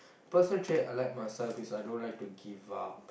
personal trait I like myself is I don't like to give up